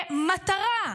כמטרה.